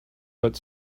but